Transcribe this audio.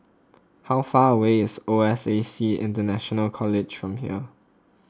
how far away is O S A C International College from here